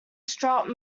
stuart